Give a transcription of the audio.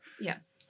Yes